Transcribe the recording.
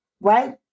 right